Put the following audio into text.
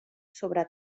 sobre